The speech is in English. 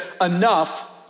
enough